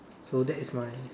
so that is my